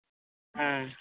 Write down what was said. ᱦᱮᱸ